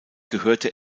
gehörte